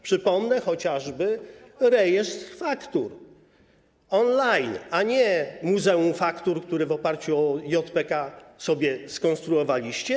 Przypomnę chociażby rejestr faktur on-line, a nie muzeum faktur, które w oparciu o JPK sobie skonstruowaliście.